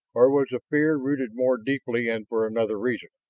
or was the fear rooted more deeply and for another reason?